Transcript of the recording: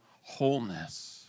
wholeness